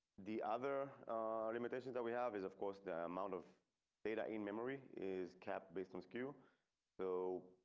the other limitations that we have is of course, the amount of data in memory is cap based on skew so.